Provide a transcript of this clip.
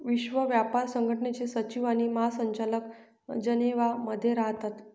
विश्व व्यापार संघटनेचे सचिव आणि महासंचालक जनेवा मध्ये राहतात